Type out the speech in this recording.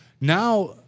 now